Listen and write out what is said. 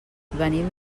venim